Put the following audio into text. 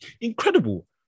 Incredible